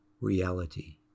reality